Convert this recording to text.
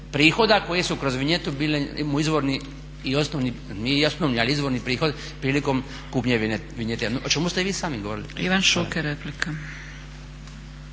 prihoda koji su kroz vinjetu bili izvorni i osnovni, nije osnovni ali izvorni prihod prilikom kupnje vinjete o čemu ste vi sami govorili. **Zgrebec, Dragica